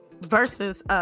Versus